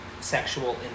sexual